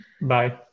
Bye